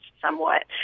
somewhat